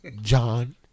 John